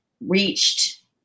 reached